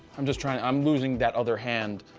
i'm just trying i'm losing that other hand.